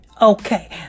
Okay